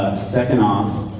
second off,